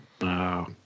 Wow